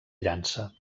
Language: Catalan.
llança